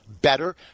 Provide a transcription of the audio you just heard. better